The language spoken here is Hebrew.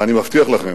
ואני מבטיח לכם